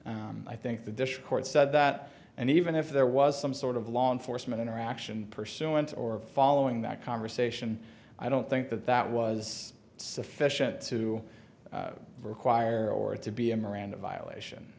i think that this court said that and even if there was some sort of law enforcement interaction pursuant or following that conversation i don't think that that was sufficient to require or to be a miranda violation